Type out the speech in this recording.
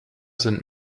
sind